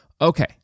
Okay